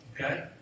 Okay